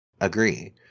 agree